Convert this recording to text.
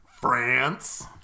France